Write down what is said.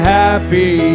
happy